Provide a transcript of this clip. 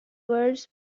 words